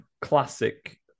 classic